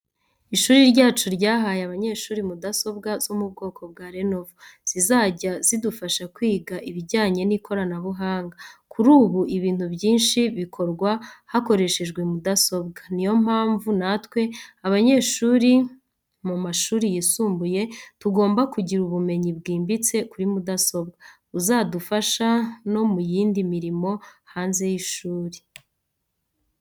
Ishuri ryacu ryahaye abanyeshuri mudasobwa zo mu bwoko bwa Lenovo zizajya zidufasha kwiga ibijyanye n’ikoranabuhanga. Kuri ubu, ibintu byinshi bikorwa hakoreshejwe mudasobwa, ni yo mpamvu natwe, abanyeshuri bari mu mashuri yisumbuye, tugomba kugira ubumenyi bwimbitse kuri mudasobwa, buzadufasha no mu yindi mirimo hanze y’ishuri.